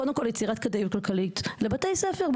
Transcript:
קודם כול יצירת כדאיות כלכלית לבתי ספר.